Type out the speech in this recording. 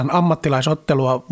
ammattilaisottelua